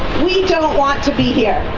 we don't want to be here,